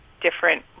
different